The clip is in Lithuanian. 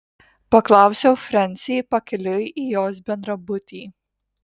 paklausiau frensį pakeliui į jos bendrabutį